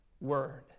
word